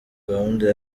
gahunda